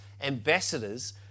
ambassadors